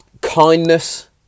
kindness